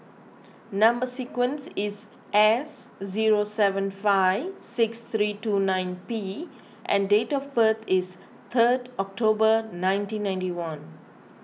Number Sequence is S zero seven five six three two nine P and date of birth is third October nineteen ninety one